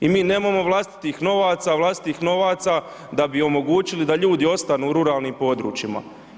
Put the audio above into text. I mi nemamo vlastitih novaca, vlastitih novaca da bi omogućili da ljudi ostanu u ruralnim područjima.